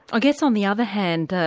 i guess on the other hand,